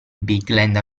bigland